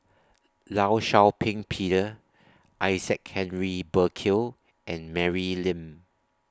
law Shau Ping Peter Isaac Henry Burkill and Mary Lim